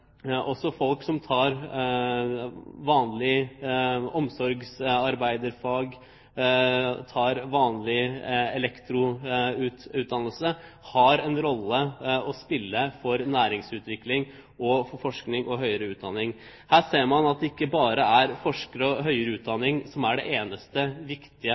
også folk som tar vanlig omsorgsarbeiderfag, vanlig elektroutdannelse, har en rolle å spille for næringsutvikling, forskning og høyere utdanning. Her ser man at det ikke bare er forskning og høyere utdanning som er det eneste viktige